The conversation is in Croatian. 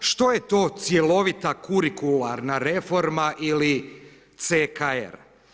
Što je to cjelovita kurikularna reforma ili CKR.